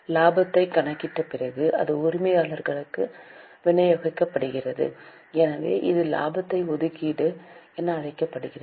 இலாபத்தை கணக்கிட்ட பிறகு இது உரிமையாளர்களுக்கு விநியோகிக்கப்படுகிறது எனவே இது லாபத்தை ஒதுக்கீடு என அழைக்கப்படுகிறது